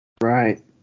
Right